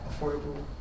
affordable